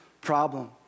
problem